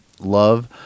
Love